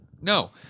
No